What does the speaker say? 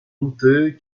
douté